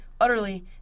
utterly